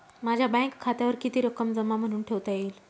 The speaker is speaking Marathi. माझ्या बँक खात्यावर किती रक्कम जमा म्हणून ठेवता येईल?